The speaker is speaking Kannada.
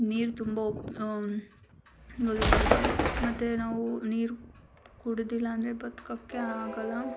ನೀರು ತುಂಬ ಬರುತ್ತೆ ಮತ್ತು ನಾವು ನೀರು ಕುಡಿದಿಲ್ಲ ಅಂದರೆ ಬದ್ಕೊಕ್ಕೇ ಆಗೋಲ್ಲ